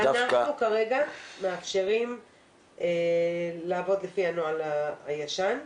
אנחנו כרגע מאפשרים לעבוד לפי הנוהל הישן.